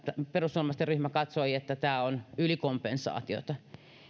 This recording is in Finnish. perussuomalaisten ryhmä katsoi että tämä on ylikompensaatiota